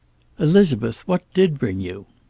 elizabeth, what did bring you?